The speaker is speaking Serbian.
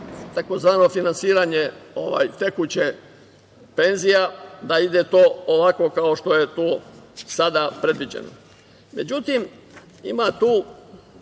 tzv. finansiranje tekuće penzija da ide to ovako kao što je to sada predviđeno.Međutim, ima tu